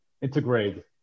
integrate